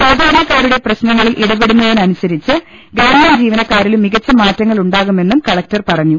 സാധാരണക്കാരുടെ പ്രശ്നങ്ങളിൽ ഇടപെടുന്നതിനനുസരിച്ച് ഗവൺമെന്റ് ജീവനക്കാരിലും മികച്ച മാറ്റങ്ങളുണ്ടാകുമെന്നും കലക്ടർ പറഞ്ഞു